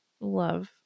Love